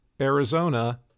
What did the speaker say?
Arizona